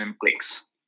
clicks